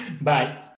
Bye